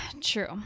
True